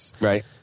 Right